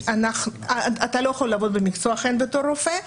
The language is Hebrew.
אתה לא יכול לעבוד במקצוע בתור רופא,